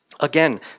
Again